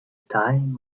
time